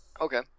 Okay